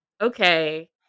okay